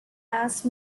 asked